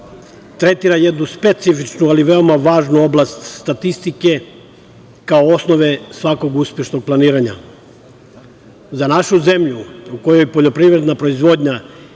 tretira jednu specifičnu, ali veoma važnu oblast statistike kao osnove svakog uspešnog planiranja. Za našu zemlju u kojoj poljoprivredna proizvodnja